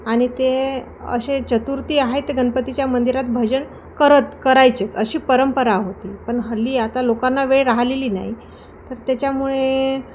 आणि ते असे चतुर्थी आहेत ते गणपतीच्या मंदिरात भजन करत करायचेच अशी परंपरा होती पण हल्ली आता लोकांना वेळ राहिलेली नाही तर त्याच्यामुळे